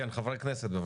ח"כ ולדימיר